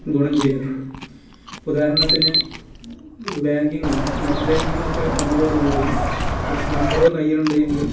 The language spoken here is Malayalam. ഗുണം ചെയ്തിട്ടുണ്ട് ഇപ്പം ഉദാഹരണത്തിന് ബാങ്കിങ് നെറ്റ് ബാങ്കിങ്ങൊക്കെ വന്നതോടുക്കൂടി ഒര് സ്മാർട്ട് ഫോണ് കയ്യിലുണ്ട് എങ്കിൽ